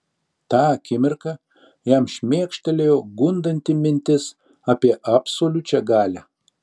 tą akimirką jam šmėkštelėjo gundanti mintis apie absoliučią galią